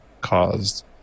caused